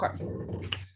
okay